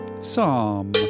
Psalm